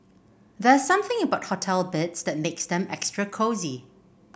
there's something about hotel beds that makes them extra cosy